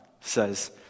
says